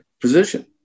position